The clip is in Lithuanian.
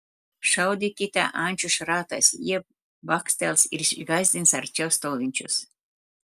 šaudykite ančių šratais jie bakstels ir išgąsdins arčiau stovinčius